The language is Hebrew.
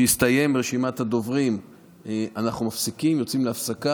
כשתסתיים רשימת הדוברים אנחנו יוצאים להפסקה,